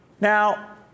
Now